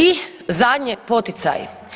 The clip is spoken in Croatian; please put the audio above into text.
I zadnje, poticaj.